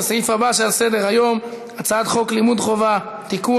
לסעיף הבא שעל סדר-היום: הצעת חוק לימוד חובה (תיקון,